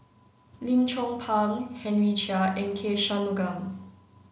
Lim Chong Pang Henry Chia and K Shanmugam